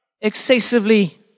excessively